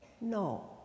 No